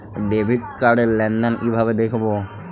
Debit card র লেনদেন কিভাবে দেখবো?